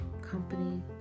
company